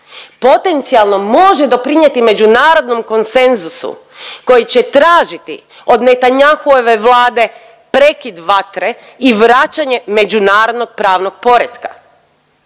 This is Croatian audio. potencijalno može doprinijeti međunarodnom konsenzusu koji će tražiti od Netanyahuove vlade prekid vatre i vraćanje međunarodnog pravnog poretka.